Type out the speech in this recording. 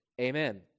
Amen